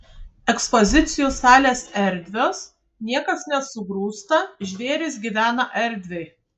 ekspozicijų salės erdvios niekas nesugrūsta žvėrys gyvena erdviai